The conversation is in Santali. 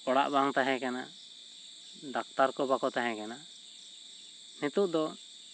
ᱚᱲᱟᱜ ᱵᱟᱝ ᱛᱟᱦᱮᱸ ᱠᱟᱱᱟ ᱰᱟᱠᱴᱟᱨ ᱠᱚ ᱵᱟᱠᱚ ᱛᱟᱦᱮᱸ ᱠᱟᱱᱟ ᱱᱤᱛᱚᱜ ᱫᱚ